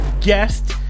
guest